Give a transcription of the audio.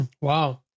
Wow